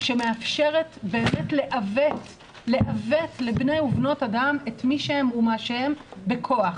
שמאפשרת לעוות לבני ובנות אדם את מי שהם ומה שהם בכוח.